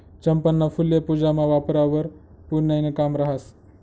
चंपाना फुल्ये पूजामा वापरावंवर पुन्याईनं काम रहास